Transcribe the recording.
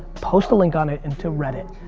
post a link on it and to reddit,